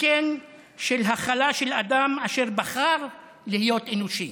וכן של הכלה של אדם אשר בחר להיות אנושי.